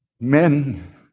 men